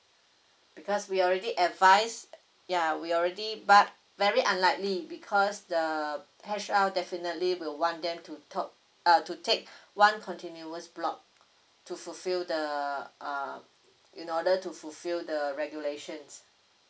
because we already advised yeah we already but very unlikely because the H_R definitely will want them to top err to take one continuous block to fulfill the err in order to fulfill the regulations